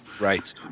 Right